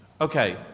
Okay